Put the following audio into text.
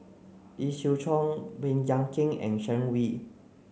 Lee Siew Choh Baey Yam Keng and Sharon Wee